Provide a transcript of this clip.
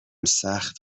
سخت